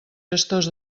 gestors